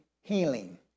healing